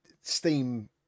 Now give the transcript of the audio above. steam